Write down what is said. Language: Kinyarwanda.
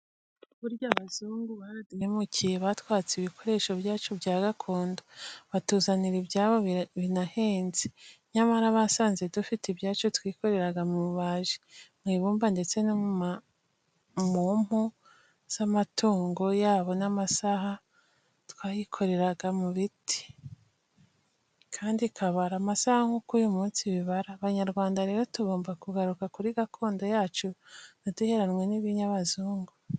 Burya abazungu baraduhemukiye batwatse ibikoresho byacu bya gakondo, batuzanira ibyabo binahenze, nyamara basanze dufite ibyacu twikoreraga mu bubaji, mu ibumba ndetse no mu mpu z'amatungo yabo n'amasaha twayikoreraga mu biti, kandi ikabara amasaha nk'uko n'uyu munsi bibara, Abanyarwanda rero tugomba kugaruka kuri gakondo yacu ntiduheranwe n'ibinyabazungu.